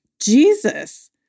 Jesus